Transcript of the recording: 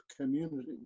community